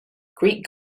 greek